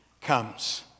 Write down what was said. comes